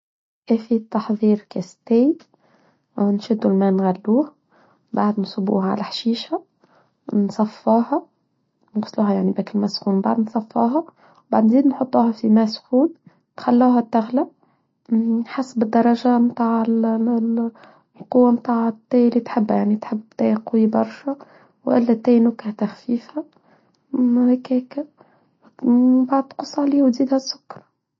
كيفية تحضير كستين نشدوا الماء نغلوه بعد نصبوها على حشيشة نصفاها نصفاها نقسلها يعني باك المسخون بعد نصفاها بعدين نحطاها في ماء مسخون تخلوها تغلا نحسب الدرجة متاع القوة متاع الدايره تحبها يعني تحب تايل قوي برشا ولا تايل نكهة تخفيفة ما هكاكا هكاكا بعد نقص علي ونزيدها سكر.